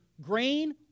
grain